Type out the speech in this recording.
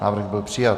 Návrh byl přijat.